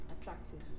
attractive